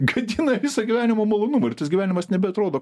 gadina visą gyvenimo malonumą ir tas gyvenimas nebeatrodo